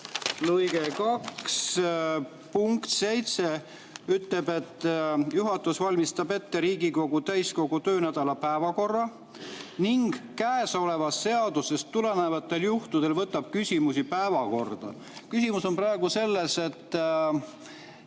punkt 7 ütleb, et juhatus valmistab ette Riigikogu täiskogu töönädala päevakorra ning käesolevast seadusest tulenevatel juhtudel võtab küsimusi päevakorda. Küsimus on praegu selles, et